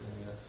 yes